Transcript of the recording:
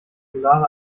solare